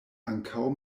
ankaŭ